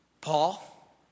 Paul